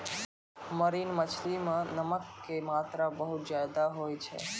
marine मछली मॅ नमक के मात्रा बहुत ज्यादे होय छै